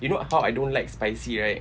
you know how I don't like spicy right